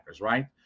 right